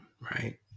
right